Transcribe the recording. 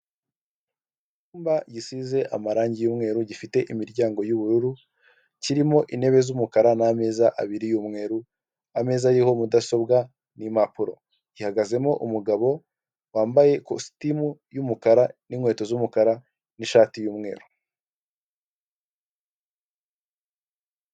Icyumba gisize amarangi y'umweru gifite imiryango y'ubururu kirimo intebe z'umukara n'ameza abiri y'umweru, ameza ariho mudasobwa n'impapuro. Gihagazemo umugabo wambaye kositimu y'umukara n'inkweto z'umukara n'ishati y'umweru.